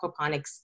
aquaponics